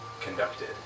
conducted